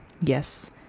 yes